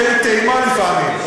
שהיא טעימה לפעמים,